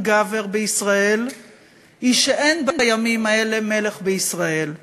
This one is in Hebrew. גבר בישראל היא שאין בימים האלה מלך בישראל.